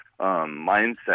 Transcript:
mindset